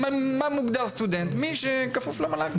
מה מוגדר סטודנט - מי שכפוף למל"ג.